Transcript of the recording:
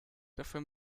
dafür